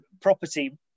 property